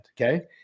Okay